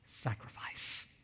Sacrifice